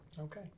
Okay